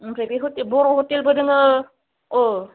ओमफ्राय बे हटेल बर' हटेलबो दोङो औ